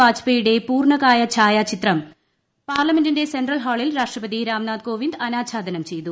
വാജ്പേയിയുടെ പൂർണ്ണകായ ഛായ ചിത്രം പാർലമെന്റിന്റെ സെൻട്രൽ ഹാളിൽ രാഷ്ട്രപത്രി രാം നാഥ് കോവിന്ദ് അനാച്ഛാദനം ചെയ്തു